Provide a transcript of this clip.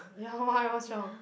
ya why what's wrong